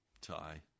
tie